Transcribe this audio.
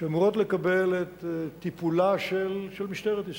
שאמורות לקבל את טיפולה של משטרת ישראל,